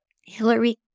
Hillary